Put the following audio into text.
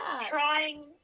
trying